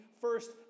first